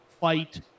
fight